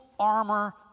armor